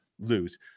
lose